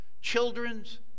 children's